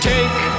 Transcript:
Take